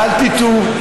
ואל תטעו,